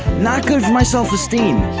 not good for my self-esteem.